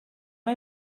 mae